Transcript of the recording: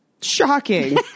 Shocking